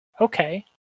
Okay